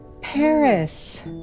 Paris